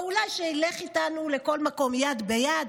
או אולי שילך איתנו לכל מקום יד ביד?